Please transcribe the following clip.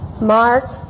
Mark